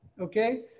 Okay